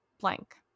blank